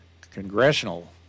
congressional